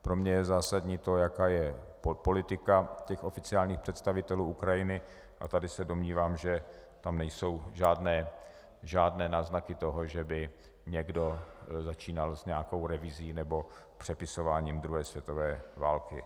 Pro mě je zásadní to, jaká je politika oficiálních představitelů Ukrajiny, a tady se domnívám, že tam nejsou žádné náznaky toho, že by někdo začínal s nějakou revizí nebo přepisováním druhé světové války.